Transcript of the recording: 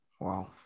Wow